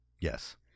Yes